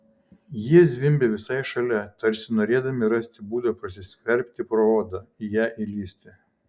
jie zvimbė visai šalia tarsi norėdami rasti būdą prasiskverbti pro odą į ją įlįsti